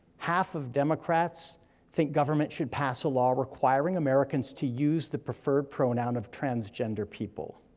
half of democrats think government should pass a law requiring americans to use the preferred pronoun of transgender people,